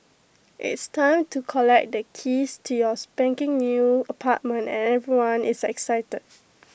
it's time to collect the keys to your spanking new apartment and everyone is excited